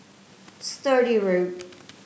Sturdee Road